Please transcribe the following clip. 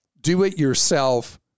do-it-yourself